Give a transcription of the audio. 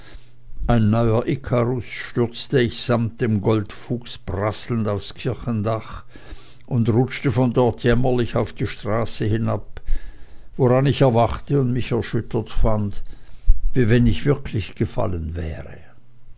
ein neuer ikarus stürzte ich samt dem goldfuchs prasselnd aufs kirchendach und rutschte von dort jämmerlich auf die straße hinab woran ich erwachte und mich erschüttert fand wie wenn ich wirklich gefallen wäre